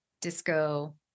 disco